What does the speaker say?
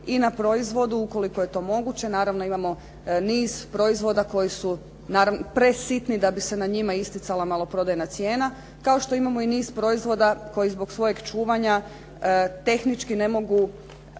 i na proizvodu ukoliko je to moguće. Naravno, imamo niz proizvoda koji su presitni da bi se na njima isticala maloprodajna cijena, kao što imamo i niz proizvoda koji zbog svojeg čuvanja tehnički ne mogu